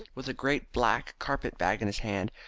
with a great black carpet-bag in his hand,